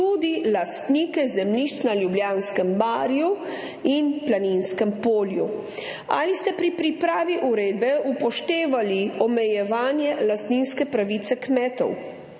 tudi lastnike zemljišč na Ljubljanskem barju in Planinskem polju? Ali ste pri pripravi uredbe upoštevali omejevanje lastninske pravice kmetov?